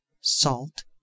salt